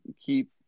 keep